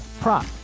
prop